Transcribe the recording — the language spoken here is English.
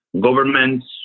Governments